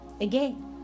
Again